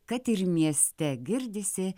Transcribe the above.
kad ir mieste girdisi